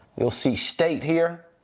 you'll see state here,